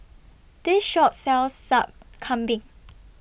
This Shop sells Sup Kambing